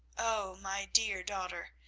oh, my dear daughter,